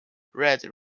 read